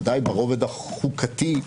ודאי ברובד החוקתי,